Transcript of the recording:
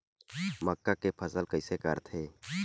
मक्का के फसल कइसे करथे?